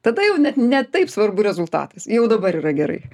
tada jau net ne taip svarbu rezultatas jau dabar yra gerai